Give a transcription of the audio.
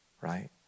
right